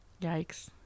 Yikes